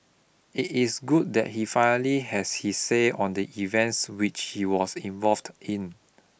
it is good that he finally has his say on the events which he was involved in